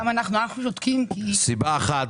סיבה אחת,